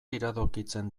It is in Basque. iradokitzen